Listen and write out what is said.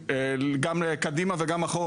גם קדימה וגם אחורה.